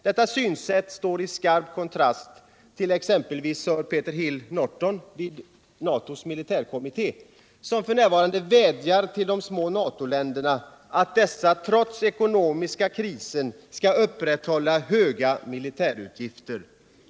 Detta synsätt står i skarp kontrast till exempelvis Sir Peter Hill-Nortons vid NATO:s militärkommitté, som vädjar till de små NA TO-länderna att dessa trots den ekonomiska krisen skall upprätthålla höga militärutgifter.